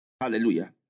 Hallelujah